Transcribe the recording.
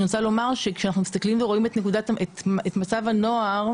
אני רוצה לומר שכשמסתכלים ורואים את מצב הנוער,